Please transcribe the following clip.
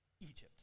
Egypt